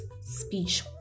speech